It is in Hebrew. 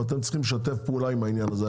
ואתם צריכים לשתף פעולה עם העניין הזה.